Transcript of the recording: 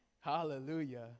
Hallelujah